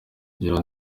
ngira